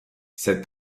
cette